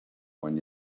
one